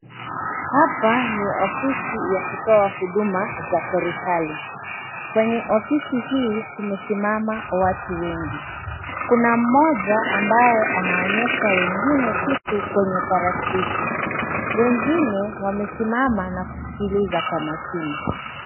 Hapa ni ofisi ya kutoa huduma za serikali. Kwenye ofisi hii kumesimama watu wengi. Kuna mmoja ambaye anaonyesha wengine kitu kwenye tarakilishi. Wengine wamesimama na kusikiliza kwa makini.